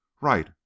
Right